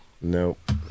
Nope